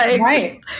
right